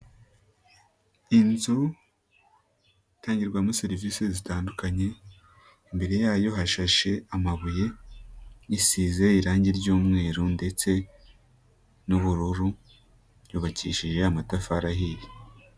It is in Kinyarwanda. Inzu itangirwamo serivisi zitandukanye, imbere yayo hashashe amabuye, isize irange ry'umweru ndetse n'ubururu yubakishije amatafari ahiye.